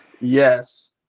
Yes